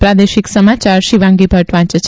પ્રાદેશિક સમાયાર શિવાંગી ભદ્દ વાંચ છે